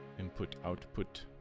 input output